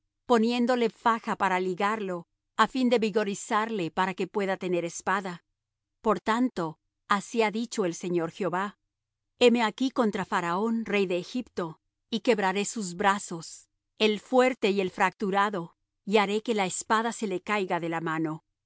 poniéndole faja para ligarlo á fin de vigorizarle para que pueda tener espada por tanto así ha dicho el señor jehová heme aquí contra faraón rey de egipto y quebraré sus brazos el fuerte y el fracturado y haré que la espada se le caiga de la mano